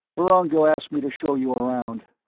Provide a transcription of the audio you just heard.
vorongil asked me to show you around.